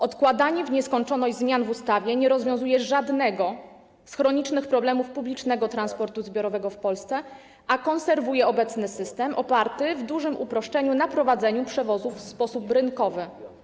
Odkładanie w nieskończoność zmian w ustawie nie rozwiązuje żadnego z chronicznych problemów publicznego transportu zbiorowego w Polsce, a konserwuje obecny system oparty, w dużym uproszczeniu, na prowadzeniu przewozów w sposób rynkowy.